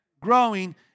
Growing